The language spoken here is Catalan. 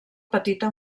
petita